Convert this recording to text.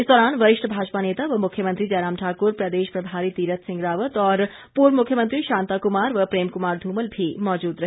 इस दौरान वरिष्ठ भाजपा नेता व मुख्यमंत्री जयराम ठाकुर प्रदेश प्रभारी तीरथ सिंह रावत और पूर्व मुख्यमंत्री शांता कृमार व प्रेम कृमार धूमल भी मौजूद रहे